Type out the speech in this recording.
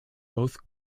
both